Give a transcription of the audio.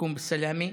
בעזרת השם.)